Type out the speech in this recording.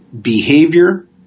Behavior